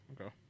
Okay